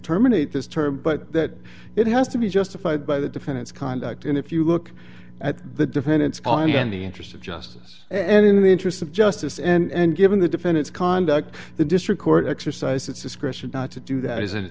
terminate this term but that it has to be justified by the defendant's conduct and if you look at the defendants on the in the interest of justice and in the interest of justice and given the defendant's conduct the district court exercised its discretion not to do that as an